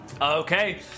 Okay